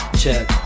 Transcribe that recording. check